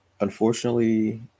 Unfortunately